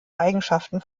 eigenschaften